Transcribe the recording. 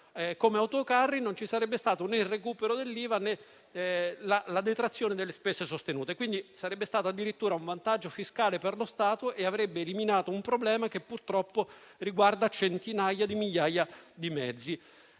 come autocarri, non ci sarebbe stato il recupero dell'IVA, né la detrazione delle spese sostenute. Sarebbe stato addirittura un vantaggio fiscale per lo Stato e avrebbe eliminato un problema che purtroppo riguarda centinaia di migliaia di mezzi.